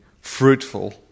fruitful